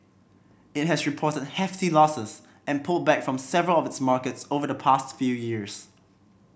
it has reported hefty losses and pulled back from several of its markets over the past few years